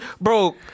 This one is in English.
bro